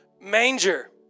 manger